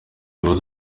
bibazo